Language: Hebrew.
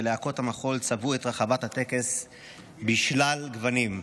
ולהקות המחול צבעו את רחבת הטקס בשלב גוונים.